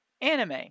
Anime